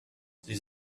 sie